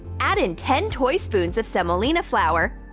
add in ten toy spoons of semolina flour.